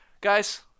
Guys